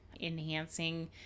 enhancing